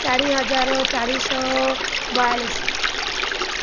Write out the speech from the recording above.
ଚାରି ହଜାର ଚାରି ଶହ ବୟାଲିଶି